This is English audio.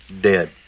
Dead